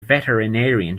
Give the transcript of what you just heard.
veterinarian